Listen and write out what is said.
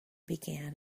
began